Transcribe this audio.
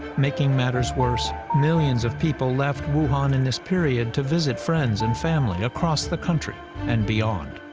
making matters worse, millions of people left wuhan in this period to visit friends and family across the country and beyond.